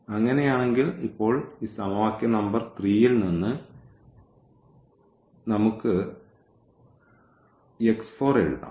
അങ്ങനെയാണെങ്കിൽ ഇപ്പോൾ ഈ സമവാക്യ നമ്പർ 3 ൽ നിന്ന് നമുക്ക് എഴുതാം